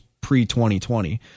pre-2020